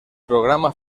programa